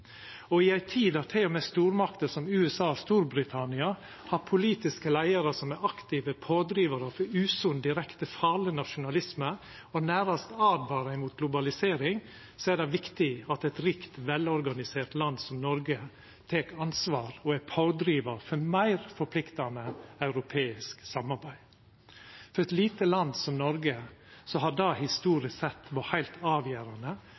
Og i ei tid der til og med stormakter som USA og Storbritannia har politiske leiarar som er aktive pådrivarar for usunn, direkte farleg nasjonalisme, og nærast åtvarar mot globalisering, er det viktig at eit rikt, velorganisert land som Noreg tek ansvar og er pådrivar for meir forpliktande europeisk samarbeid. For eit lite land som Noreg har det historisk sett vore heilt avgjerande,